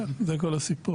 כן, זה כל הסיפור,